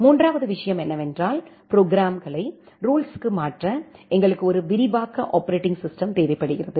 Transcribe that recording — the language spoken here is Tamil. மூன்றாவது விஷயம் என்னவென்றால் ப்ரோக்ராம்களை ரூட்ஸ்க்கு மாற்ற எங்களுக்கு ஒரு விரிவாக்க ஆப்பரேட்டிங் சிஸ்டம் தேவைப்படுகிறது